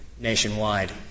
nationwide